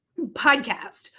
podcast